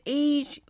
age